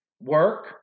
work